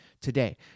today